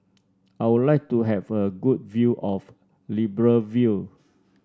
I would like to have a good view of Libreville